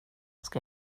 ska